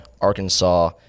Arkansas—